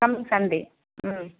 coming Sunday ம்